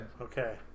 Okay